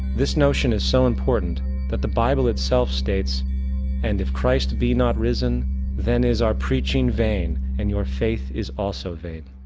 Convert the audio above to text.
this notion is so important that the bible itself states and if christ be not risen then is our preaching vain and your faith is also vain